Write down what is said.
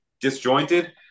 disjointed